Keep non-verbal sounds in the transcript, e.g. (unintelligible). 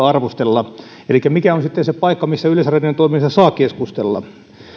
(unintelligible) arvostella elikkä mikä on sitten se paikka missä yleisradion toiminnasta saa keskustella